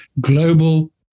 global